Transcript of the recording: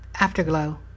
Afterglow